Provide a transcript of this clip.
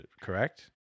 Correct